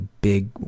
big